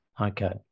Okay